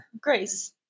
Grace